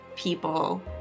people